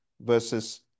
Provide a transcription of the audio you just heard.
versus